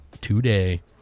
today